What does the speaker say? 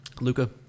Luca